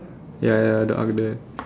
ya ya ya the arch there